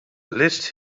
lists